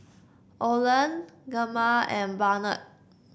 Oland Gemma and Barnett